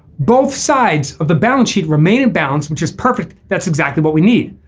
both sides of the balance sheet remain in balance which is perfect. that's exactly what we need.